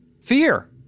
fear